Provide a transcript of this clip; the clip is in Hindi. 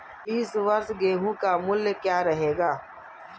इस वर्ष गेहूँ का मूल्य क्या रहेगा?